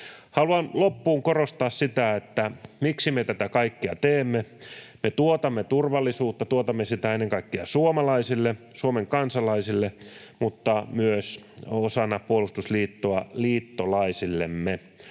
Haluan loppuun korostaa sitä, miksi me tätä kaikkea teemme. Me tuotamme turvallisuutta, tuotamme sitä ennen kaikkea suomalaisille, Suomen kansalaisille, mutta myös osana puolustusliittoa liittolaisillemme.